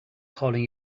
calling